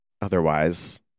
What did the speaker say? otherwise